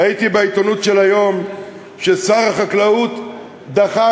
ראיתי בעיתונות של היום ששר החקלאות דחה